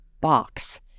box